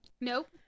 Nope